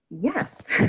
Yes